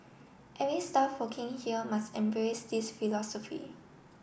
every staff working here must embrace this philosophy